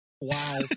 Wow